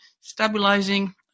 stabilizing